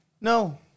No